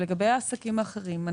לגבי עסקים אחרים,